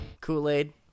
Kool-Aid